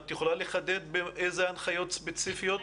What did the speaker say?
את יכולה לחדד איזה הנחיות ספציפיות?